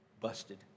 busted